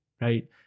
right